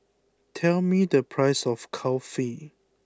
tell me the price of Kulfi